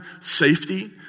safety